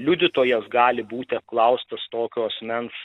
liudytojas gali būti apklaustas tokio asmens